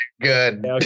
Good